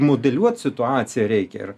modeliuot situaciją reikia ir